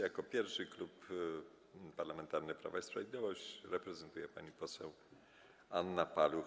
Jako pierwszy Klub Parlamentarny Prawo i Sprawiedliwość, reprezentuje go pani poseł Anna Paluch.